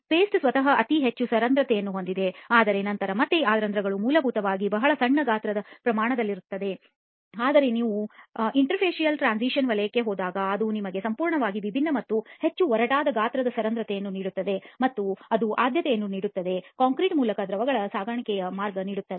paste ಸ್ವತಃ ಅತಿ ಹೆಚ್ಚು ಸರಂಧ್ರತೆಯನ್ನು ಹೊಂದಿದೆ ಆದರೆ ನಂತರ ಮತ್ತೆ ಈ ರಂಧ್ರಗಳು ಮೂಲಭೂತವಾಗಿ ಬಹಳ ಸಣ್ಣ ಗಾತ್ರದ ಪ್ರಮಾಣದಲ್ಲಿರುತ್ತವೆ ಆದರೆ ನೀವು ಇಂಟರ್ಫೇಸಿಯಲ್ ಟ್ರಾನ್ಸಿಶನ್ ವಲಯಕ್ಕೆ ಹೋದಾಗ ಅದು ನಿಮಗೆ ಸಂಪೂರ್ಣವಾಗಿ ವಿಭಿನ್ನ ಮತ್ತು ಹೆಚ್ಚು ಒರಟಾದ ಗಾತ್ರದ ಸರಂಧ್ರತೆಯನ್ನು ನೀಡುತ್ತದೆ ಮತ್ತು ಅದು ಆದ್ಯತೆಯನ್ನು ನೀಡುತ್ತದೆ ಕಾಂಕ್ರೀಟ್ ಮೂಲಕ ದ್ರವಗಳ ಸಾಗಣೆಯ ಮಾರ್ಗನೀಡುತ್ತದೆ